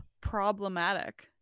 problematic